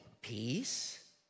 peace